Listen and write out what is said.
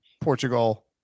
Portugal